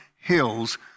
hills